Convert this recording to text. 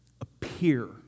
appear